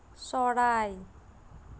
চৰাই